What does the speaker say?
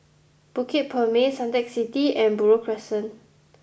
Bukit Purmei Suntec City and Buroh Crescent